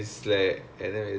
okay okay